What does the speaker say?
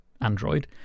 android